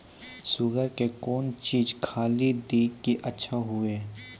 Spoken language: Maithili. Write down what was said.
शुगर के कौन चीज खाली दी कि अच्छा हुए?